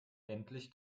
endlich